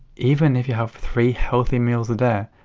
even if you have three healthy meals a day.